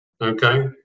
Okay